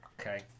Okay